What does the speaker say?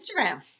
Instagram